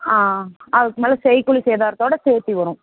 ஆ அதுக்கு மேலே செய்கூலி சேதாரத்தோட சேர்த்தி வரும்